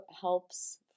helps